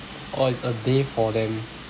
oh it's a day for them